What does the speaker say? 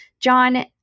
John